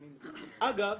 אגב,